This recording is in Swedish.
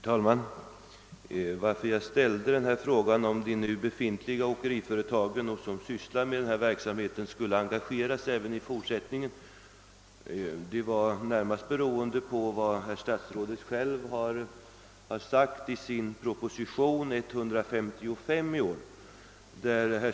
Herr talman! Att jag ställde frågan om huruvida nu befintliga åkeriföretag som sysslar med denna verksamhet skulle engageras även i fortsättningen var närmast beroende på vad statsrådet själv har yttrat i propositionen 155 i år.